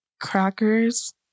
crackers